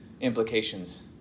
implications